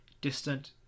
distant